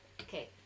Okay